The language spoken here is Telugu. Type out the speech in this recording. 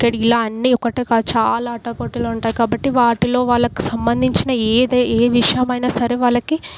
ఇక్కడ ఇలా అన్ని ఒకటే కాదు చాల ఆటపోటీలు ఉంటాయి కాబట్టి వాటిలో వాళ్ళకు సంబంధించిన ఏదైనా ఏ విషయమైన సరే వాళ్ళకి